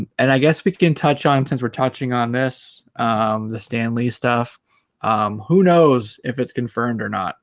and and i guess we can touch on and since we're touching on this the stan lee stuff who knows if it's confirmed or not